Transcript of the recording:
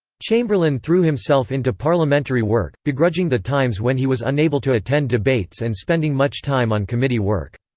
chamberlain threw himself into parliamentary work, begrudging the times when he was unable to attend debates and spending much time on committee work.